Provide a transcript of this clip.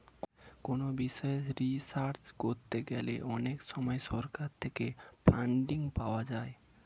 কোনো বিষয়ে রিসার্চ করতে গেলে অনেক সময় সরকার থেকে ফান্ডিং পাওয়া যায়